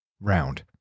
round